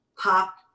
pop